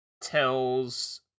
tells